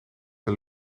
een